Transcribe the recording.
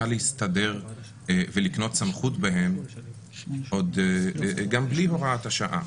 להסתדר ולקנות סמכות בהם גם בלי הוראת השעה.